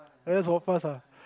I just walk pass her